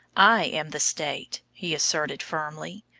i am the state, he asserted firmly.